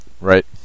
Right